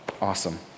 Awesome